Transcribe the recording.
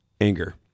anger